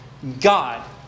God